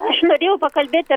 aš norėjau pakalbėti